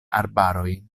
arbaroj